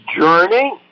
journey